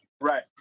Right